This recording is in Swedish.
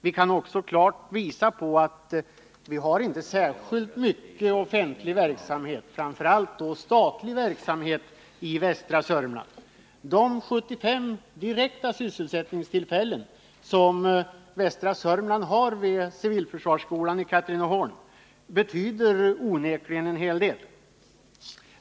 Vi kan också klart visa att vi inte har särskilt mycket offentlig verksamhet, framför allt inte statlig verksamhet, i västra Sörmland. De 75 konkreta sysselsättningstillfällen som västra Sörmland har vid civilförsvarsskolan i Katrineholm betyder onekligen en hel del.